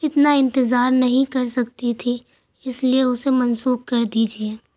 اتنا انتظار نہیں کر سکتی تھی اِس لیے اُسے منسوخ کر دیجیے